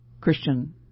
Christian